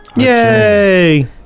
Yay